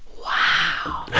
wow,